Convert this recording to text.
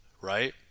right